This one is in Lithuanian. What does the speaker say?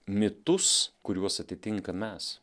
mitus kuriuos atitinkam mes